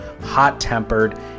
hot-tempered